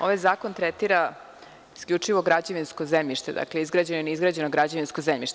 Ovaj zakon tretira isključivo građevinsko zemljište, dakle, izgrađeno i neizgrađeno građevinsko zemljište.